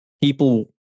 people